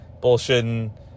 bullshitting